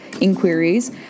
inquiries